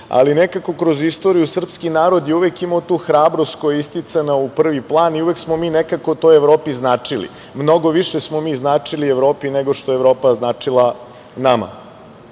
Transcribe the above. ali nekako kroz istoriju srpski narod je uvek imao tu hrabrost koja je isticana u prvi plan i uvek smo nekako Evropi značili. Mnogo više smo mi značili Evropi, nego što je Evropa značila nama. Ono